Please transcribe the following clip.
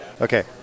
Okay